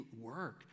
work